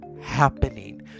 happening